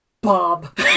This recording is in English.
Bob